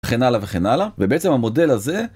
וכן הלאה וכן הלאה, ובעצם המודל הזה